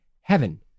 heaven